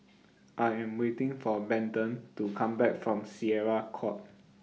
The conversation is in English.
I Am waiting For Bethann to Come Back from Syariah Court